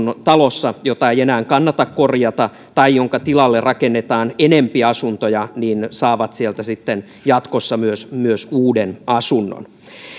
talossa jota ei enää kannata korjata tai jonka tilalle rakennetaan enempi asuntoja saavat sieltä jatkossa myös myös uuden asunnon